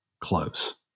close